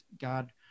God